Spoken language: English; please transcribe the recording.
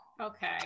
okay